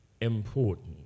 important